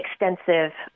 extensive